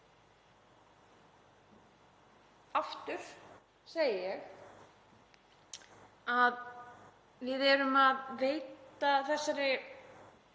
Aftur segi ég að við erum að sýna þessari